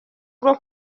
rwo